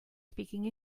speaking